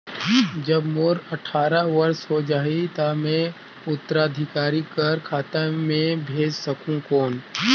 जब मोर अट्ठारह वर्ष हो जाहि ता मैं उत्तराधिकारी कर खाता मे भेज सकहुं कौन?